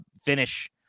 finish